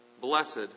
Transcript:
Blessed